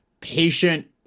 patient